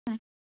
হ্যাঁ